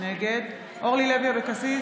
נגד אורלי לוי אבקסיס,